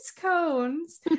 cones